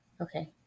Okay